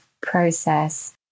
process